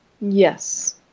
Yes